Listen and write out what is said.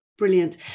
Brilliant